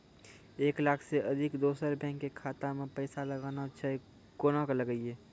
एक लाख से अधिक दोसर बैंक के खाता मे पैसा लगाना छै कोना के लगाए?